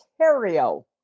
Ontario